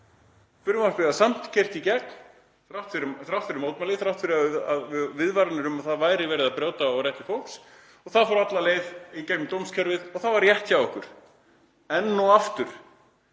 Frumvarpið var samt keyrt í gegn þrátt fyrir mótmæli og þrátt fyrir viðvaranir um að verið væri að brjóta á rétti fólks. Það fór alla leið í gegnum dómskerfið og það var rétt hjá okkur enn og aftur.